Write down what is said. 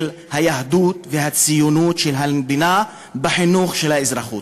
היהדות והציונות של המדינה בחינוך לאזרחות.